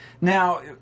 Now